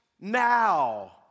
now